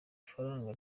ifaranga